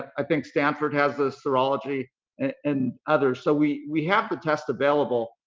i think stanford has the serology and others, so we we have the test available.